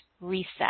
reset